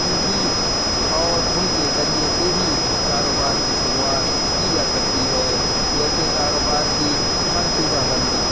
ہی اور ان کے ذریعے سے ہی کاروبار کی شروعات کی جا سکتی ہے جیسے کاروبار کی منصوبہ بندی